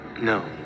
no